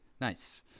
nice